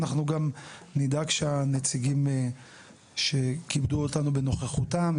אנחנו גם נדאג שהנציגים שכיבדו אותנו בנוכחותם,